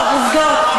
עובדות,